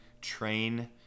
train